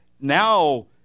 now